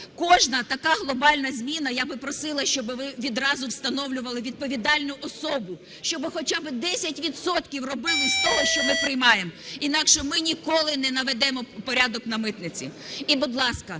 Кожна така глобальна зміна, я би просила, щоб ви відразу встановлювали відповідальну особу, щоб хоча би 10 відсотків робили з того, що ми приймаємо, інакше ми ніколи не наведемо порядок на митниці. І, будь ласка,